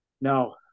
No